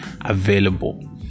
available